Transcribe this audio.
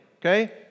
Okay